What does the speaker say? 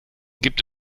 gibt